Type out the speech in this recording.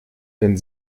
wenn